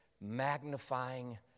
magnifying